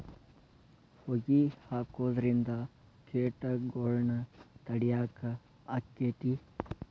ಹೊಗಿ ಹಾಕುದ್ರಿಂದ ಕೇಟಗೊಳ್ನ ತಡಿಯಾಕ ಆಕ್ಕೆತಿ?